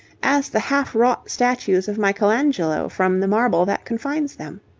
as the half-wrought statues of michelangelo from the marble that confines them.